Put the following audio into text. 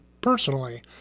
personally